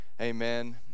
Amen